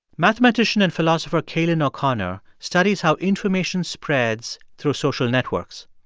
mathematician and philosopher cailin o'connor studies how information spreads through social networks.